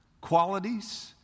qualities